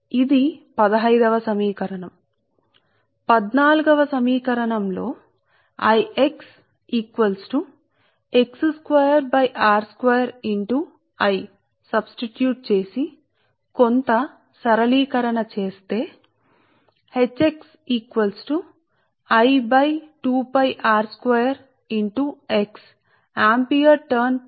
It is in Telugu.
కాబట్టి సమీకరణం 14 సమీకరణం 14 లో మీరు ప్రతిక్షేపిస్తే మరియు చిన్న సరళీకరణ ampere turn per meter మీటరుకు ఆంపియర్ టర్న్ సరే